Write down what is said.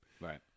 Right